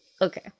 Okay